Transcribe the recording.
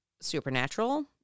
supernatural